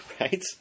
Right